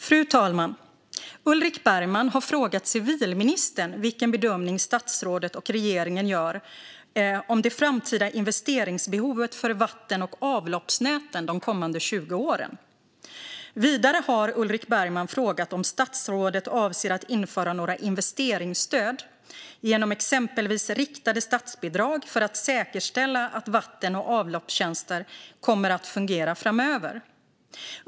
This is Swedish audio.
Fru talman! Ulrik Bergman har frågat civilministern vilken bedömning statsrådet och regeringen gör om det framtida investeringsbehovet för vatten och avloppsnäten de kommande 20 åren. Vidare har Ulrik Bergman frågat om statsrådet avser att införa några investeringsstöd, genom exempelvis riktade statsbidrag, för att säkerställa att vatten och avloppstjänster kommer att fungera framöver.